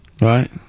Right